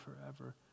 forever